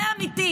זה אמית,